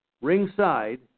ringside